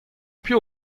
piv